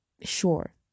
sure